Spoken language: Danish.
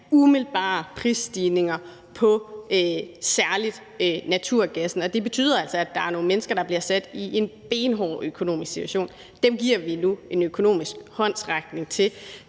umiddelbare prisstigninger på særlig naturgassen, og det betyder altså, at der er nogle mennesker, der bliver sat i en benhård økonomisk situation. Dem giver vi nu en økonomisk håndsrækning.